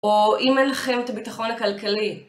או אם אין לכם את הביטחון הכלכלי.